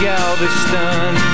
Galveston